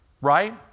right